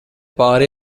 pāri